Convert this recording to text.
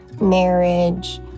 marriage